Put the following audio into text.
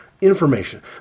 information